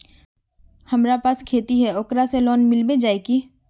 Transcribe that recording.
हमरा पास खेती है ओकरा से लोन मिलबे जाए की?